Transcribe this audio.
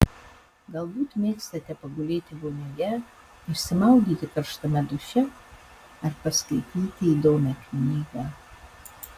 galbūt mėgstate pagulėti vonioje išsimaudyti karštame duše ar paskaityti įdomią knygą